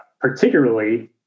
particularly